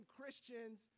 Christians